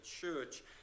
church